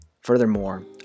Furthermore